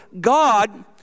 God